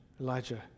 Elijah